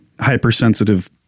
hypersensitive